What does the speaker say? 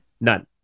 None